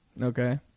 Okay